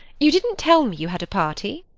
you didn't tell me you had a party.